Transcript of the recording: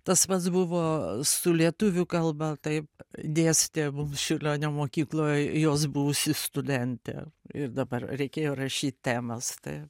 tas pats buvo su lietuvių kalba taip dėstė mums čiurlionio mokykloj jos buvusi studentė ir dabar reikėjo rašyt temas taip